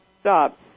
stop